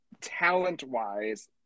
talent-wise